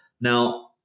Now